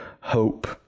hope